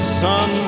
sun